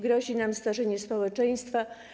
Grozi nam starzenie się społeczeństwa.